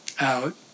out